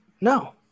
No